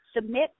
submit